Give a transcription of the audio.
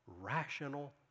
rational